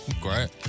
Great